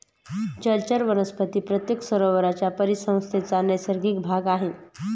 जलचर वनस्पती प्रत्येक सरोवराच्या परिसंस्थेचा नैसर्गिक भाग आहेत